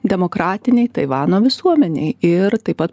demokratinei taivano visuomenei ir taip pat